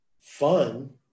fun